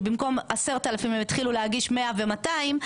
שבמקום 10,000 הם התחילו להגיש 100 ו-200,